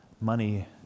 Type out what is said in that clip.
money